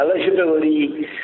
eligibility